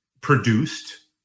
produced